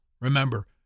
remember